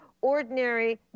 ordinary